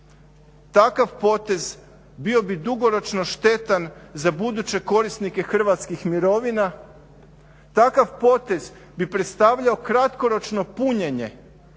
Takav potez bio bi dugoročno štetan za buduće korisnike hrvatskih mirovina, takav potez bi predstavljao kratkoročno punjenje